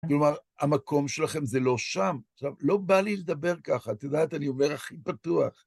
כלומר, המקום שלכם זה לא שם. עכשיו, לא בא לי לדבר ככה, את יודעת, אני אומר הכי פתוח.